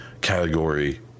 category